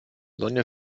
sonja